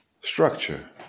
structure